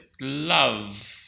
love